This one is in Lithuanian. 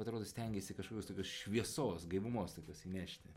atrodo stengiesi kažkoks tokios šviesos gaivumos tokios įnešti